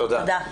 תודה.